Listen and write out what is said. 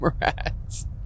rats